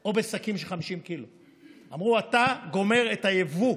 או בשקים של 50 ק"ג, אמרו: אתה גומר את היבוא,